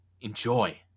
Enjoy